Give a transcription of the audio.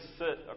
sit